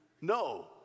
No